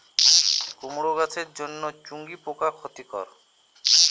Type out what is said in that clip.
কুমড়ো গাছের জন্য চুঙ্গি পোকা ক্ষতিকর?